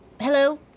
Hello